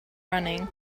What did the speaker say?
running